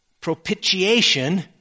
propitiation